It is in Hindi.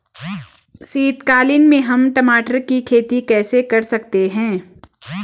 शीतकालीन में हम टमाटर की खेती कैसे कर सकते हैं?